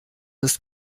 ist